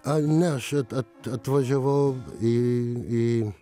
ai ne aš at at atvažiavau į į